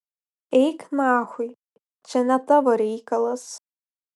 eik nachui čia ne tavo reikalas